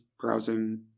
browsing